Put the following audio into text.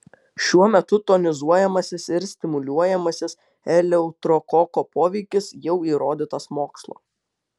šiuo metu tonizuojamasis ir stimuliuojamasis eleuterokoko poveikis jau įrodytas mokslo